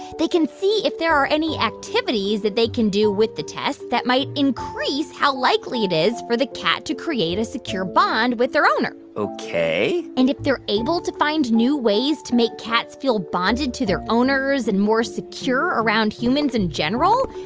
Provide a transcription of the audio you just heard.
they can see if there are any activities that they can do with the tests that might increase how likely it is for the cat to create a secure bond with their owner ok and if they're able to find new ways to make cats feel bonded to their owners and more secure around humans in general,